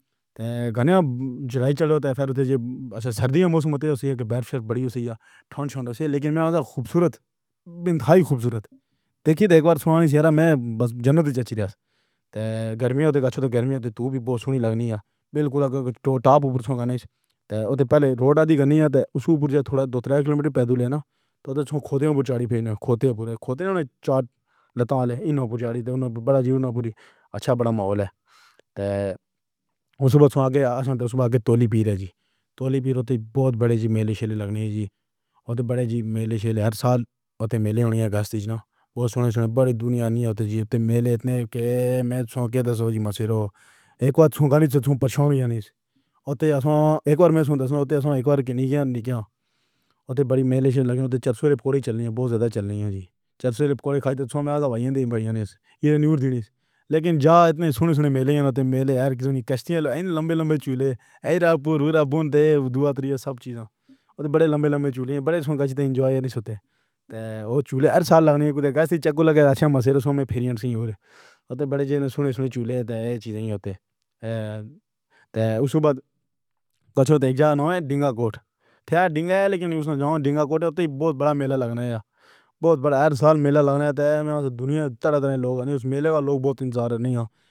میوزک۔ گانا چلائی چلو تے پھر اچھا سردیاں موسم بڑی ٹھنڈ سی۔ لیکن خوبصورت بےڈھنگا خوبصورت۔ دیکھیے اک واری سے میں جنت ورگی رہا۔ تے گرمیاں تے گرمیاں تُو وی بہت لگدی اے۔ بالکل ٹاپ پر گنیش تو پہلے روڈ دی گھنٹی اے۔ اُس تے تھوڑا دو تن کلومیٹر پیدل چلݨا تو خودے کو۔ چار ہی کھوٹے بولے کھوٹے نیں۔ لطا نے پُچھیا اچھا ماحول اے؟ تاں اُس وقت صبح دی صبح توڻی پیر جی توڻی پیر بہت وڈے میلے لگݨ جی۔ اوہ تاں وڈے ہی میلے ہر سال۔ اُتّے میلے گشت دے دناں بہت سنہرے وڈے دنیا والے اُتّے اُتّے میلے اِتنے کہ میں اُنہاں دی دسویں وچ شامل۔ اُتّے اک واری میں دسواں اک واری کیتا۔ اُتّے وڈی محنت لگی اُتّے سویرے پوڑی چلدیاں، بہت زیادہ چلدیاں سی۔ سویرے کھاۓ تاں میݙے بھائیں نے ایہ خبر لیکن ایہ اِتنے سنے شاندار میلے میلے کشتیاں لمبیاں لمبیاں چولھے، رادھاپور، رادھا دوار سب چیزیں تے وڈے لمبے لمبے وڈے انجوائے اُتّے تے چولھے ہر سال لگݨ لگے۔ اچھا شام ہُندے ہی وڈے سنے چولھے چیزیں اُتّے تاں اُس وقت تاں اک جھاڑ نہ ڈنگا کوٹ یا ڈنگا اے۔ لیکن کیا ہووے ڈنگا کوٹ بہت وڈا میلہ لگݨ یا بہت وڈا ہر سال میلہ لگݨ دنیا دے لوگ اُس میلے دے لوگ بہت انتظار نئیں اے۔